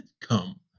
come